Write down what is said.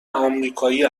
آمریکایی